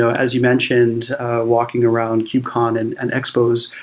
so as you mentioned walking around kubecon and and expos,